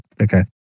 Okay